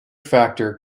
factor